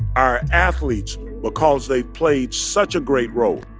our athletes because they've played such a great role